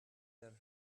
that